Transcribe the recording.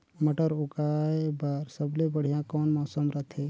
मटर उगाय बर सबले बढ़िया कौन मौसम रथे?